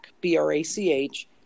B-R-A-C-H